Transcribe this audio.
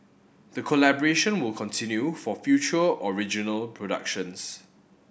the collaboration will continue for future original productions